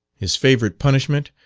his favourite punishment,